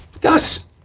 Gus